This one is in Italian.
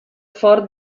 fort